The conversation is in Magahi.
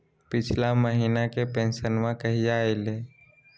पिछला महीना के पेंसनमा कहिया आइले?